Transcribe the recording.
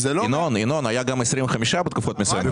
ינון, היה גם 25% בתקופות מסוימות.